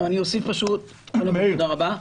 קודם כל, תודה רבה.